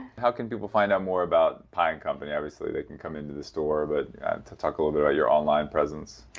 how can people find out more about pye and company? obviously they can come into the store but to talk a little bit about your online presence.